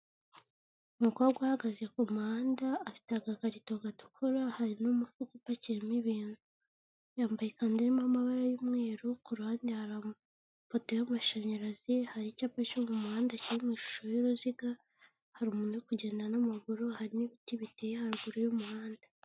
Umukobwa uhagaze ku muhanda afite agakarito gatukura hari n'umufuka upakiyemo ibintu. Yambaye ikanzu irimo amabara y'umweru ku ruhande hari amapoto y'amashanyarazi hari icyapa cyo mumuhanda kiri mu ishusho y'uruziga hari umuntu uri kugenda n'amaguru hari n'ibiti biteye haruguru y'umuhanda.